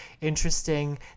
interesting